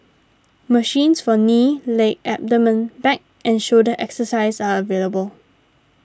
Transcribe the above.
machines for knee leg abdomen back and shoulder exercises are available